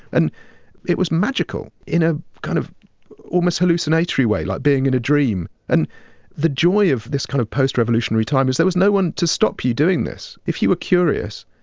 and it was magical in a kind of almost hallucinatory way like being in a dream. and the joy of this kind of post-revolutionary time is there was no one to stop you doing this. if you were curious,